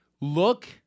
Look